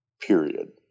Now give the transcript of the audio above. Period